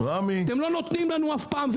לא נותנים לנו אף פעם.